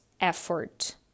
effort